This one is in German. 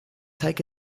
heike